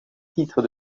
titres